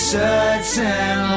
certain